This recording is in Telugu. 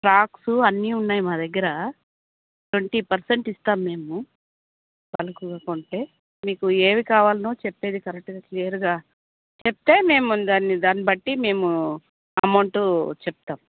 ఫ్రాక్సు అన్నీ ఉన్నాయి మా దగ్గర ట్వెంటీ పర్సెంట్ ఇస్తాము మేము బల్క్గా కొంటే మీకు ఏవి కావాలో చెప్పేది కరెక్టుగా క్లియర్గా చెప్తే మేము దాని దాన్ని బట్టి మేము అమౌంటు చెప్తాము